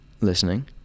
listening